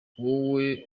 wowe